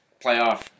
playoff